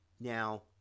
Now